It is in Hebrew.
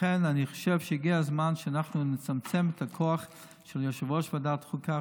לכן אני חושב שהגיע הזמן שאנחנו נצמצם את הכוח של יושב-ראש ועדת חוקה,